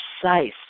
precise